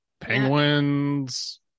penguins